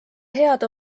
head